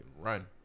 run